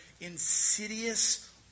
insidious